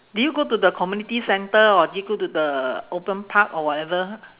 did you go to the community centre or did you go to the open park or whatever